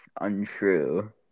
untrue